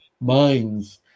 minds